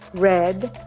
red,